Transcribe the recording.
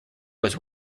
was